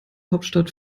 hauptstadt